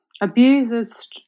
abusers